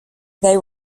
they